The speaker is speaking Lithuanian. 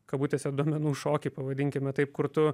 kabutėse duomenų šokį pavadinkime taip kur tu